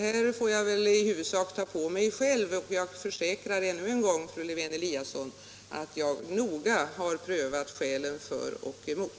Nu får jag väl i huvudsak ta på mig ansvaret för lokaliseringen i detta fall, men jag försäkrar ännu en gång, fru Lewén-Eliasson, att jag noga har prövat skälen för och emot.